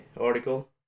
article